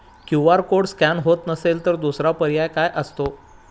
QR code scan होत नसेल तर दुसरा पर्याय काय असतो?